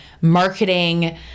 marketing